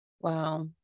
Wow